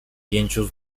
pięciu